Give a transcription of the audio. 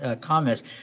comments